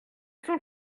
sont